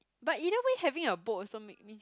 but either way having a boat also make me